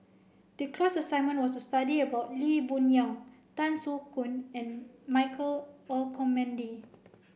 the class assignment was to study about Lee Boon Yang Tan Soo Khoon and Michael Olcomendy